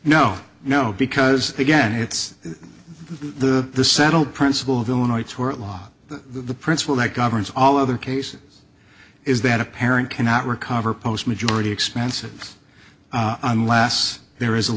no no because again it's the settled principle of illinois tort law the principle that governs all other cases is that a parent cannot recover post majority expenses unless there is a